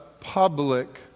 public